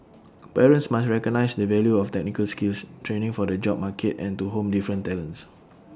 parents must recognise the value of technical skills training for the job market and to hone different talents